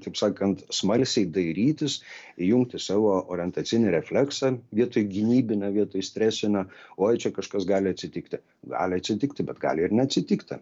taip sakant smalsiai dairytis įjungti savo orientacinį refleksą vietoj gynybinio vietoj stresinio oi čia kažkas gali atsitikti gali atsitikti bet gali ir neatsitikti